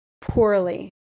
poorly